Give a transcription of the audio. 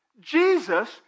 Jesus